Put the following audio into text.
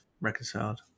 reconciled